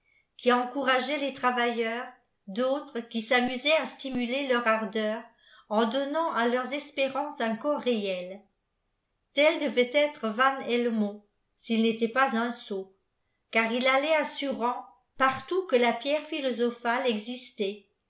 qui encourageait le travailleurs d'autres qui s'amusaietit à slimulçr leur ardeur en donnant à leurs espérances un çoirps réel tel devait êtraan hçlnoat s'jl àd'étaitpas im sot car il allait sib rant partout que la pierre philosophale existaîti